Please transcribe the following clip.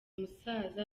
musaza